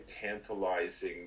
tantalizing